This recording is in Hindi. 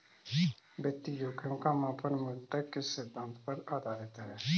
वित्तीय जोखिम का मापन मूलतः किस सिद्धांत पर आधारित है?